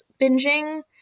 binging